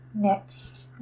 next